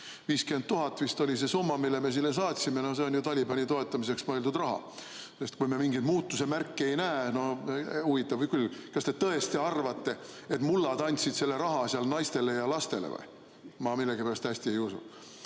50 000 vist oli see summa, mille me saatsime. No see on ju Talibani toetamiseks mõeldud raha. Kui me mingeid muutuse märke ei näe, no huvitav küll! Kas te tõesti arvate, et mullad andsid selle raha seal naistele ja lastele või? Ma millegipärast hästi ei usu.